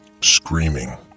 screaming